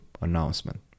Announcement